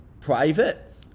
private